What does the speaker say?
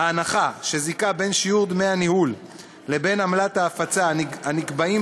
ההנחה שזיקה בין שיעור דמי הניהול לבין עמלת ההפצה הנקבעים